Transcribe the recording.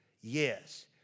Yes